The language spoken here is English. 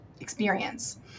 experience